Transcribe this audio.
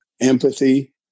empathy